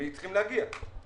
הם צריכים להגיע.